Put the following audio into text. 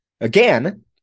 Again